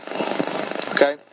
Okay